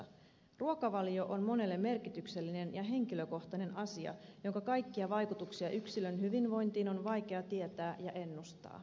ruokavalio on monelle merkityksellinen ja henkilökohtainen asia jonka kaikkia vaikutuksia yksilön hyvinvointiin on vaikea tietää ja ennustaa